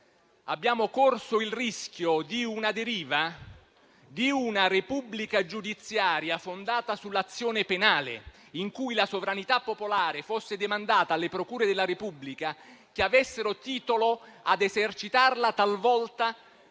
ovvero il rischio di una deriva di una Repubblica giudiziaria fondata sull'azione penale, in cui la sovranità popolare fosse demandata alle procure della Repubblica che avessero titolo a esercitarla, talvolta